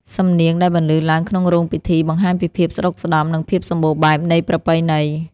សំនៀងដែលបន្លឺឡើងក្នុងរោងពិធី បង្ហាញពីភាពស្ដុកស្ដម្ភ និងភាពសម្បូរបែបនៃប្រពៃណី។